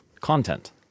content